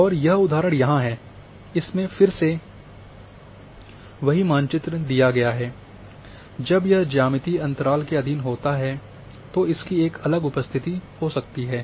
और यह उदाहरण यहाँ है इसमें फिर से वही मानचित्र दिया गया है जब यह ज्यामितीय अंतराल के अधीन होता है तो इसकी एक अलग उपस्थिति हो सकती है